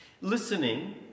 Listening